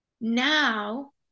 now –